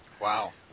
Wow